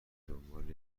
دنبال